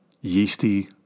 yeasty